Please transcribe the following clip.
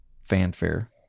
fanfare